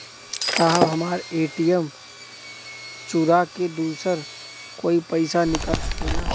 साहब हमार ए.टी.एम चूरा के दूसर कोई पैसा निकाल सकेला?